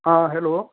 आं हॅलो